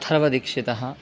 अथर्वदीक्षितः